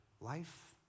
life